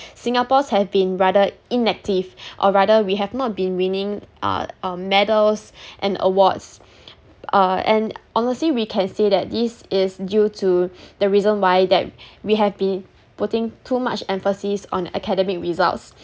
singapore have been rather inactive or rather we have not been winning uh um medals and awards uh and honestly we can say that this is due to the reason why that we have been putting too much emphasis on academic results